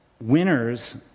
winners